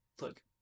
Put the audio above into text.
look